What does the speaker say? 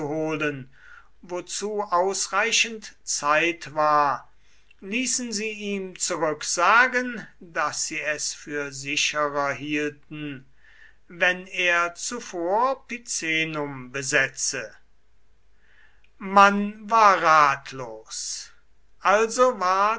nachzuholen wozu ausreichend zeit war ließen sie ihm zurücksagen daß sie es für sicherer hielten wenn er zuvor picenum besetze man war ratlos also ward